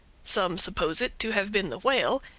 some suppose it to have been the whale,